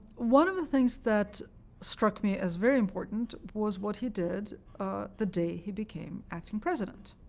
one of the things that struck me as very important was what he did the day he became acting president.